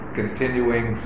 continuing